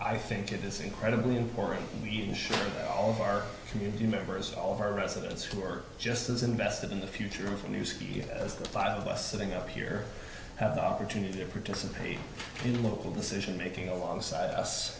i think it is incredibly important and we should all of our community members all of our residents who are just as invested in the future of the news media as the five of us sitting up here have the opportunity to participate in local decision making alongside us